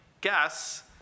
guess